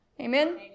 Amen